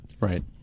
Right